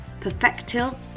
Perfectil